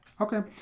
okay